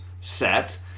set